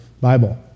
Bible